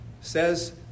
says